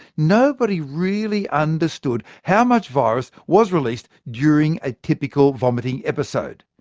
nobody really understood how much virus was released during a typical vomiting episode.